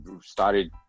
started